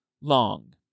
long